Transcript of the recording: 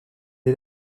est